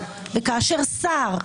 וכאשר שר,